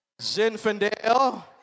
Zinfandel